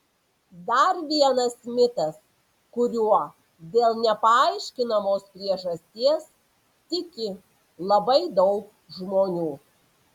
dar vienas mitas kuriuo dėl nepaaiškinamos priežasties tiki labai daug žmonių